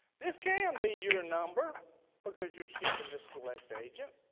this can be your number because you're shipping this select agent,